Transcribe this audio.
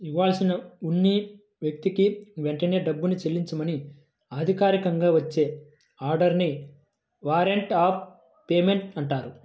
ఇవ్వాల్సి ఉన్న వ్యక్తికి వెంటనే డబ్బుని చెల్లించమని అధికారికంగా వచ్చే ఆర్డర్ ని వారెంట్ ఆఫ్ పేమెంట్ అంటారు